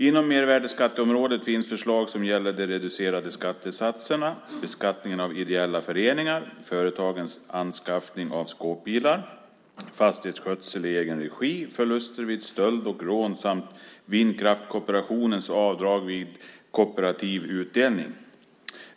Inom mervärdesskatteområdet finns förslag som gäller de reducerade skattesatserna, beskattningen av ideella föreningar, företagens anskaffning av skåpbilar, fastighetsskötsel i egen regi, förluster vid stöld och rån samt vindkraftkooperativens avdrag för kooperativ utdelning.